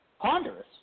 Ponderous